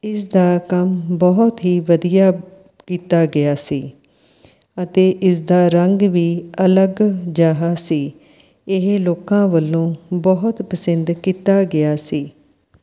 ਇਸ ਦਾ ਕੰਮ ਬਹੁਤ ਹੀ ਵਧੀਆ ਕੀਤਾ ਗਿਆ ਸੀ ਅਤੇ ਇਸਦਾ ਰੰਗ ਵੀ ਅਲੱਗ ਜਿਹਾ ਸੀ ਇਹ ਲੋਕਾਂ ਵੱਲੋਂ ਬਹੁਤ ਪਸੰਦ ਕੀਤਾ ਗਿਆ ਸੀ